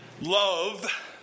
Love